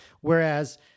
Whereas